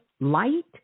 light